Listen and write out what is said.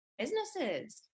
businesses